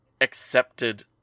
accepted